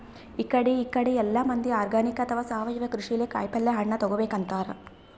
ಇಕಡಿ ಇಕಡಿ ಎಲ್ಲಾ ಮಂದಿ ಆರ್ಗಾನಿಕ್ ಅಥವಾ ಸಾವಯವ ಕೃಷಿಲೇ ಕಾಯಿಪಲ್ಯ ಹಣ್ಣ್ ತಗೋಬೇಕ್ ಅಂತಾರ್